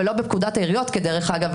ולא בפקודת העיריות דרך אגב,